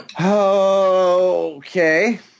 Okay